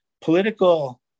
political